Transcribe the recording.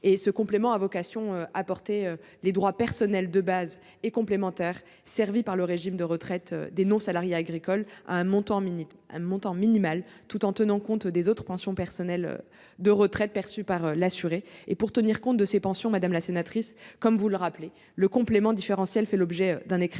référence a vocation à porter les droits personnels de base et complémentaires servis par le régime de retraite des non-salariés agricoles à un montant minimal, tout en tenant compte des autres pensions personnelles de retraite perçues par l'assuré. Pour tenir compte de ces pensions, le complément différentiel fait l'objet d'un écrêtement.